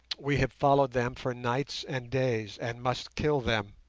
we have followed them for nights and days, and must kill them.